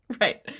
Right